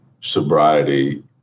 sobriety